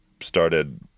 started